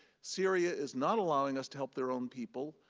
syria is not allowing us to help their own people